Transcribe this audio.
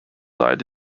died